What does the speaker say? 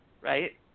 right